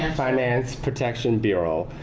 and finance protection bureau.